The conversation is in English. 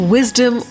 Wisdom